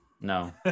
no